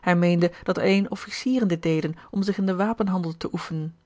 hij meende dat alleen officieren dit deden om zich in den wapenhandel te oefenen